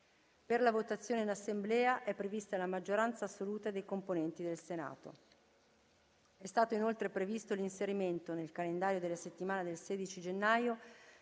Per la votazione in Assemblea è prevista la maggioranza assoluta dei componenti del Senato. È stato inoltre previsto l’inserimento, nel calendario della settimana del 16 gennaio,